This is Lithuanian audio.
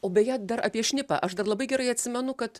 o beje dar apie šnipą aš dar labai gerai atsimenu kad